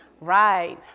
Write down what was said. right